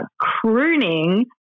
crooning